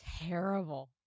terrible